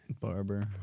Barber